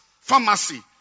pharmacy